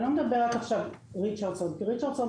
אני לא מדברת עכשיו על ריצ'רדסון כי ריצ'רדסון